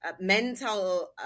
mental